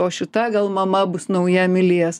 o šita gal mama bus nauja mylės